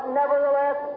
nevertheless